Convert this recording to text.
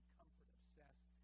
comfort-obsessed